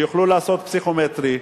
שיוכלו לעשות פסיכומטרי,